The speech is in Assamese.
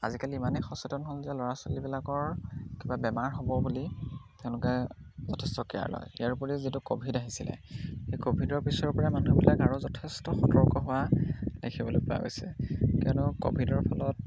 আজিকালি ইমানেই সচেতন হ'ল যে ল'ৰা ছোৱালীবিলাকৰ কিবা বেমাৰ হ'ব বুলি তেওঁলোকে যথেষ্ট কেয়াৰ লয় ইয়াৰ উপৰি যিটো ক'ভিড আহিছিলে সেই ক'ভিডৰ পিছৰ পৰা মানুহবিলাক আৰু যথেষ্ট সতৰ্ক হোৱা দেখিবলৈ পোৱা গৈছে কিয়নো ক'ভিডৰ ফলত